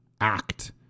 act